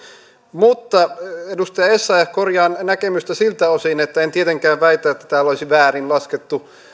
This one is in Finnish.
mutta edustaja essayah korjaan näkemystä siltä osin että en tietenkään väitä että täällä olisi väärin laskettu